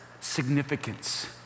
significance